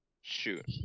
shoot